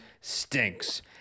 stinks